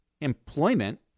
employment